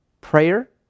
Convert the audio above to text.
Prayer